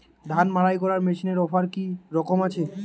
ধান মাড়াই করার মেশিনের অফার কী রকম আছে?